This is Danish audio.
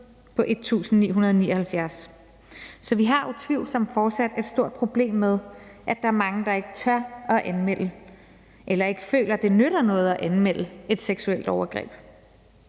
på 1.979. Så vi har utvivlsomt fortsat et stort problem med, at der er mange, der ikke tør at anmelde eller ikke føler, at det nytter noget at anmelde et seksuelt overgreb.